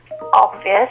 obvious